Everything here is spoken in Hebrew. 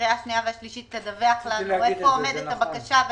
הקריאה השנייה והשלישית תדווח לנו איפה עומדת הבקשה,